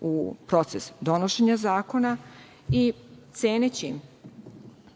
u proces donošenja zakona. Ceneći,